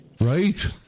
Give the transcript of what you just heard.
Right